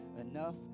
enough